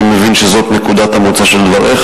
אני מבין שזאת נקודת המוצא של דבריך.